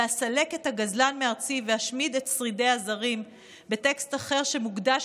ואסלק את הגזלן מארצי ואשמיד את שרידי הזרים"; בטקסט אחר שמוקדש